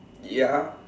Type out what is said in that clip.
ya